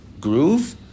groove